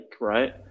right